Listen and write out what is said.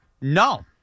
No